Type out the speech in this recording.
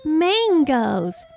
mangoes